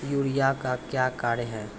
Urea का क्या कार्य हैं?